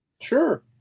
Sure